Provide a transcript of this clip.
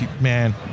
man